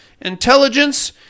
intelligence